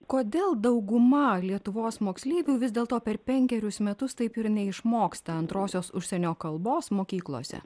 kodėl dauguma lietuvos moksleivių vis dėlto per penkerius metus taip ir neišmoksta antrosios užsienio kalbos mokyklose